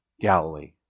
Galilee